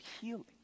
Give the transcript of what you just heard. healing